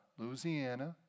Louisiana